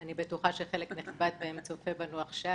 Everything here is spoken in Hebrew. אני בטוחה שחלק נכבד מהם צופה בנו עכשיו,